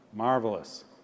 Marvelous